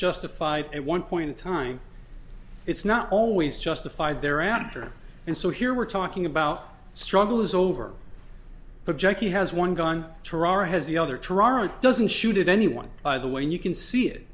justified at one point in time it's not always justified their anger and so here we're talking about struggle is over but jackie has one gun tarrar has the other doesn't shoot anyone by the way you can see it